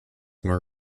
more